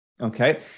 Okay